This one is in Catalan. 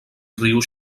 riu